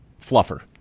fluffer